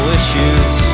issues